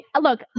look